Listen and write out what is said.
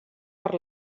per